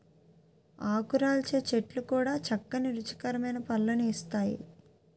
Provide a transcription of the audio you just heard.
ఆకురాల్చే చెట్లు కూడా చక్కని రుచికరమైన పళ్ళను ఇస్తాయి